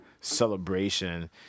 celebration